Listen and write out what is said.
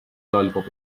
lollipop